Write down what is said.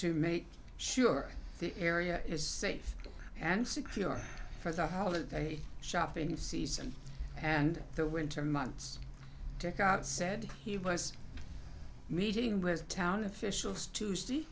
to make sure the area is safe and secure for the holiday shopping season and the winter months ticket said he was meeting with town officials t